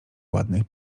ładny